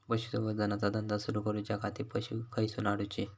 पशुसंवर्धन चा धंदा सुरू करूच्या खाती पशू खईसून हाडूचे?